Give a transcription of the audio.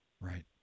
Right